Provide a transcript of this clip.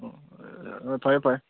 ꯐꯔꯦ ꯐꯔꯦ